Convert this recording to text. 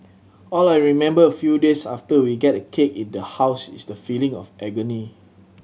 all I remember a few days after we get a cake in the house is the feeling of agony